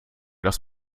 dass